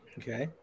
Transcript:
okay